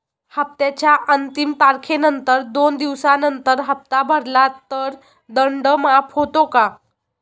हप्त्याच्या अंतिम तारखेनंतर दोन दिवसानंतर हप्ता भरला तर दंड माफ होतो का?